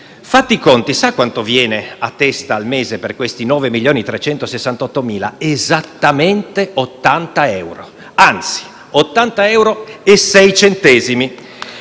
Fatti i conti, sa quanto viene a testa al mese per questi 9.368.000? Esattamente 80 euro, anzi 80 euro e 6 centesimi.